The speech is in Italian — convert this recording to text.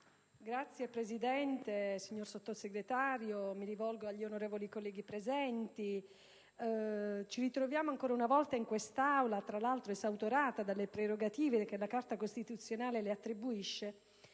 Signor Presidente, signor Sottosegretario, mi rivolgo agli onorevoli colleghi presenti. Ci ritroviamo ancora una volta in quest'Aula, tra l'altro esautorata dalle prerogative che la Carta costituzionale le attribuisce,